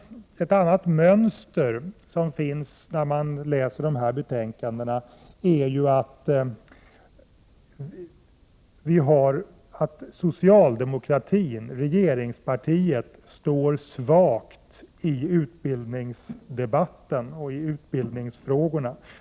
Ett annat mönster man finner när man läser betänkandena är att socialdemokratierna, regeringspartiet, står svaga i utbildningsdebatten och utbildningsfrågorna.